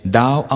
Thou